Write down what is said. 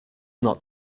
not